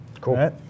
Cool